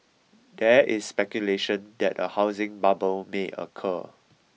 there is speculation that a housing bubble may occur